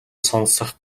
сонсох